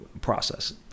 process